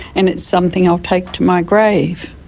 and it's something i'll take to my grave.